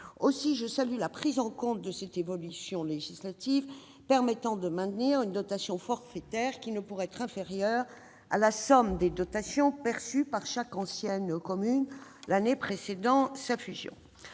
Aussi, je salue la prise en compte de cette évolution législative permettant de maintenir une dotation forfaitaire qui « ne pourrait être inférieure à la somme des dotations perçues par chaque ancienne commune » l'année précédant la fusion.